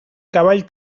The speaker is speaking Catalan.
cavall